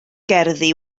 gerddi